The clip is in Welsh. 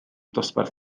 dosbarth